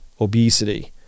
obesity